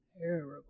terrible